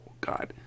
God